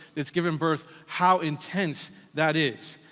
that's given birth, how intense that is.